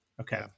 Okay